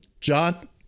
john